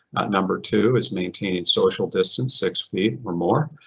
number two is maintaining social distance, six feet or more.